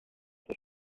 this